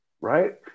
Right